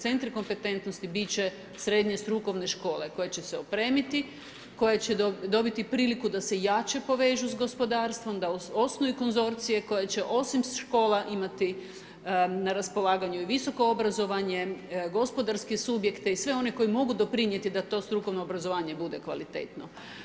Centri kompetentnosti bit će srednje strukovne škole koje će se opremiti, koje će dobiti priliku da se jače povežu sa gospodarstvom, da osnuju konzorcije koje će osim škola imati na raspolaganju i visoko obrazovanje, gospodarske subjekte i sve oni koji mogu doprinijeti da to strukovno obrazovanje bude kvalitetno.